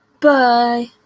Bye